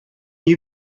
you